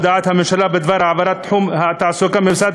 הודעת הממשלה בדבר העברת תחום התעסוקה ממשרד